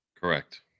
Correct